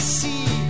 see